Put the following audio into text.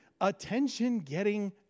attention-getting